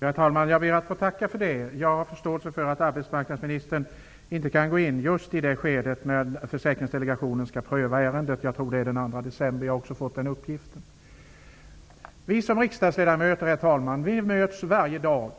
Herr talman! Jag ber att få tacka för det beskedet. Jag har förståelse för att arbetsmarknadsministern inte kan gå in i just det skede när Försäkringsdelegationen skall pröva ärendet. Jag har fått uppgiften att det skall ske den 2 december. Vi som riksdagsledamöter, herr talman, möts varje dag